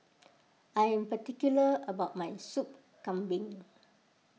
I am particular about my Soup Kambing